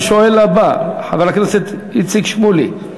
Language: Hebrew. השואל הבא הוא חבר הכנסת איציק שמולי.